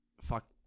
fuck